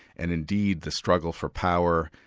and indeed the struggle for power,